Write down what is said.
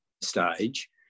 stage